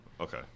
Okay